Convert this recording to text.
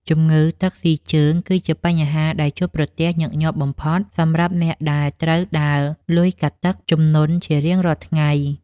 ជំងឺទឹកស៊ីជើង គឺជាបញ្ហាដែលជួបប្រទះញឹកញាប់បំផុតសម្រាប់អ្នកដែលត្រូវដើរលុយកាត់ទឹកជំនន់ជារៀងរាល់ថ្ងៃ។